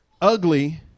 ugly